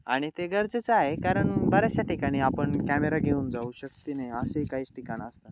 आणि ते गरजेचं आहे कारण बऱ्याचशा ठिकाणी आपण कॅमेरा घेऊन जाऊ शकत नाही असंही काहीच ठिकाणं असतं